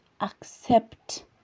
accept